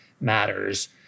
matters